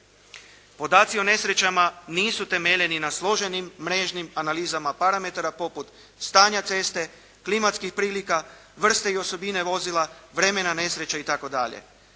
Podaci o nesrećama nisu temeljeni na složenim mrežnim analizama parametara poput stanja ceste, klimatskih prilika, vrste i osobine vozila, vremena nesreće itd.